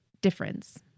difference